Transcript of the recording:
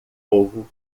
ovo